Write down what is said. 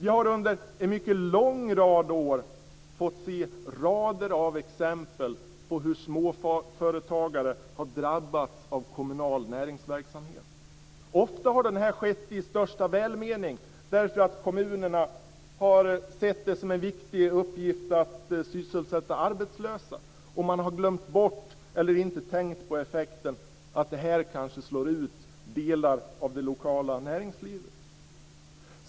Vi har under en mycket lång rad år fått se rader av exempel på hur småföretagare har drabbats av kommunal näringsverksamhet. Ofta har det skett i största välmening därför att kommunerna har sett det som en viktig uppgift att sysselsätta arbetslösa, och man har glömt bort eller inte tänkt på effekten att det kanske slår ut delar av det lokala näringslivet.